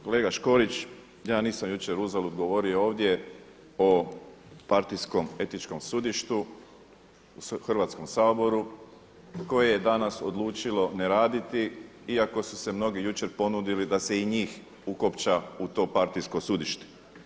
Kolega Škorić, ja nisam jučer uzalud govorio ovdje o partijskom etičkom sudištu u Hrvatskom saboru koje je danas odlučilo ne raditi, iako su se mnogi jučer ponudili da se i njih ukopča u to partijsko sudište.